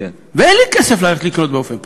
ואין לי כסף ללכת לקנות באופן פרטי.